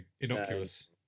Innocuous